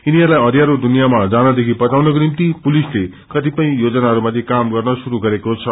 यनीहरूलाइअध्याँरो दुनियाँमा जानदेखि बचाउनको निम्ति पुसिले कतिपय योजनाहरूमाथि काम गर्न शुरू गरेको छ